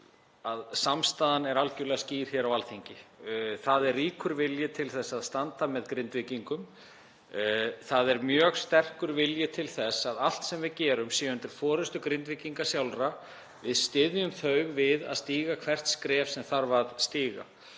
að samstaðan er algerlega skýr á Alþingi. Það er ríkur vilji til að standa með Grindvíkingum. Það er mjög sterkur vilji til þess að allt sem við gerum sé undir forystu Grindvíkinga sjálfra. Við styðjum þau við að stíga hvert skref sem þarf að stíga.